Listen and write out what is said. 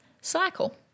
cycle